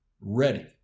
ready